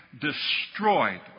destroyed